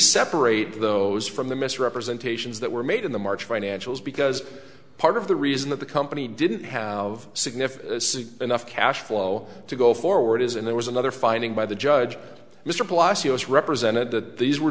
separate those from the misrepresentations that were made in the march financials because part of the reason that the company didn't have a significant enough cash flow to go forward is and there was another finding by the judge mr blasio as represented that these were